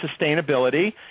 sustainability